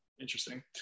Interesting